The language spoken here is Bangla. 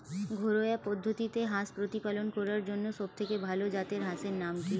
ঘরোয়া পদ্ধতিতে হাঁস প্রতিপালন করার জন্য সবথেকে ভাল জাতের হাঁসের নাম কি?